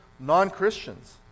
Non-Christians